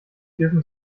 dürfen